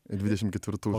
dvidešim ketvirtų